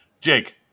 Jake